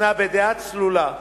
ניתנה בדעה צלולה,